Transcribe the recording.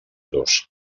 dos